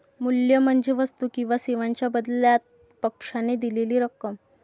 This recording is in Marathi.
मूल्य म्हणजे वस्तू किंवा सेवांच्या बदल्यात पक्षाने दिलेली रक्कम